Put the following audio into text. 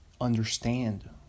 understand